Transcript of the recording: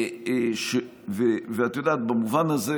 את יודעת, במובן הזה